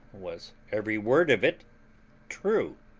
was every word of it true.